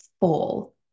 full